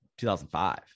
2005